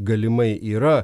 galimai yra